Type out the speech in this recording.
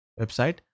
website